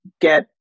get